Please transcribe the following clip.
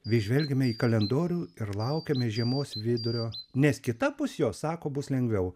vis žvelgėme į kalendorių ir laukėme žiemos vidurio nes kitapus jo sako bus lengviau